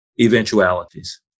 eventualities